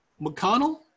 McConnell